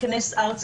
ניכנס אם תרצה,